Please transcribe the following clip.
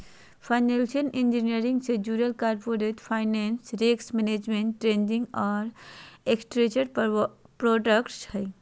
financial engineering से जुडल corporate finance, risk management, trading और स्ट्रक्चर्ड प्रॉडक्ट्स हय